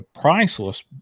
priceless